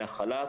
מהחל"ת,